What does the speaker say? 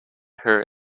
her